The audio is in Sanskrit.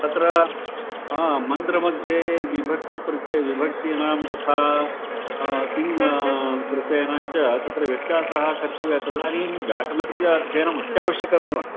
तत्र मन्त्रमध्ये विभक्तिप्रत्ययः विभक्तीनां तथा किं प्रत्ययनाञ्च तत्र व्यत्यासः कर्तव्या तदानीं व्याकणस्य अध्ययनम् अत्यावश्यकमेव